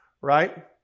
right